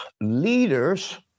Leaders